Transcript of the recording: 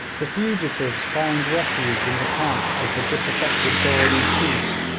the fugitives found refuge in the camp of the disaffected dooranee chiefs,